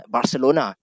Barcelona